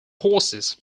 horses